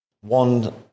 one